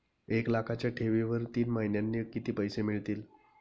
एक लाखाच्या ठेवीवर तीन महिन्यांनी किती पैसे मिळतील?